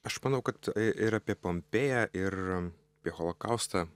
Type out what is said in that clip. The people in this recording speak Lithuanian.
aš manau kad ir apie pompėją ir apie holokaustą